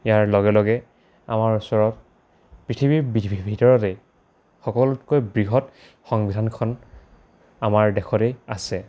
ইয়াৰ লগে লগে আমাৰ ওচৰত পৃথিৱীৰ ভিতৰতেই সকলোতকৈ বৃহৎ সংবিধানখন আমাৰ দেশতেই আছে